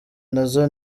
nazo